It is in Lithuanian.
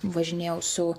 važinėjau su